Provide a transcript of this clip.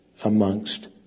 amongst